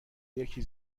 یکی